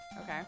Okay